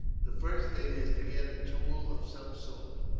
the first thing is to get a tool of some sort.